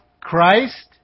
Christ